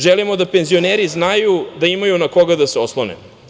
Želimo da penzioneri znaju da imaju na koga da se oslone.